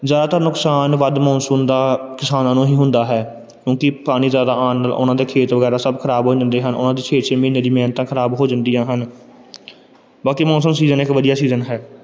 ਜ਼ਿਆਦਾਤਰ ਨੁਕਸਾਨ ਵੱਧ ਮੌਨਸੂਨ ਦਾ ਕਿਸਾਨਾਂ ਨੂੰ ਹੀ ਹੁੰਦਾ ਹੈ ਕਿਉਂਕਿ ਪਾਣੀ ਜ਼ਿਆਦਾ ਆਉਣ ਨਾਲ ਉਹਨਾਂ ਦੇ ਖੇਤ ਵਗੈਰਾ ਸਭ ਖਰਾਬ ਹੋ ਜਾਂਦੇ ਹਨ ਉਹਨਾਂ ਦੀ ਛੇ ਛੇ ਮਹੀਨਿਆਂ ਦੀ ਮਿਹਨਤਾਂ ਖਰਾਬ ਹੋ ਜਾਂਦੀਆਂ ਹਨ ਬਾਕੀ ਮੌਨਸੂਨ ਸੀਜ਼ਨ ਇੱਕ ਵਧੀਆ ਸੀਜ਼ਨ ਹੈ